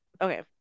Okay